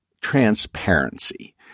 transparency